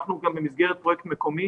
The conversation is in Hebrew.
אנחנו גם במסגרת פרויקט מקומי